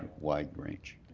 wide range?